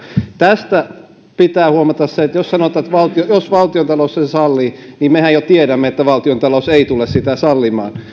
tästä pitää huomata se että jos sanotaan että jos valtiontalous sen sallii niin mehän jo tiedämme että valtiontalous ei tule sitä sallimaan